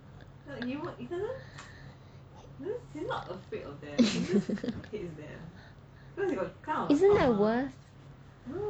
isn't that worse